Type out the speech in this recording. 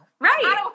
Right